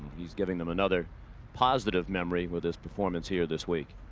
he's giving them another positive memory with this performance here this week.